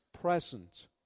Present